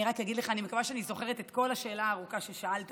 רק אגיד לך: אני מקווה שאני זוכרת את כל השאלה הארוכה ששאלת.